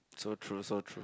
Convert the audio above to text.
so true so true